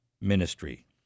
ministry